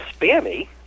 spammy